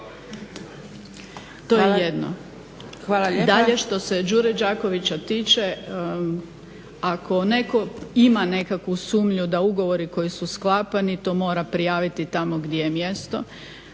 To je jedno. Dalje što se "Đure Đakovića" tiče, ako netko ima nekakvu sumnju da ugovori koji su sklapani to mora prijaviti tamo gdje je mjesto.